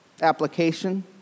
application